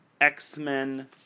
X-Men